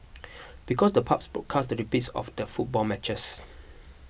because the pubs broadcast the repeats of the football matches